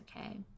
okay